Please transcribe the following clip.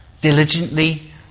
diligently